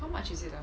how much is it ah